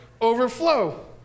overflow